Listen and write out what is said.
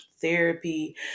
therapy